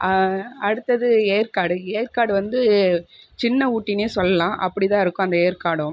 அடுத்தது ஏற்காடு ஏற்காடு வந்து சின்ன ஊட்டினே சொல்லலாம் அப்படி தான் இருக்கும் அந்த ஏற்காடும்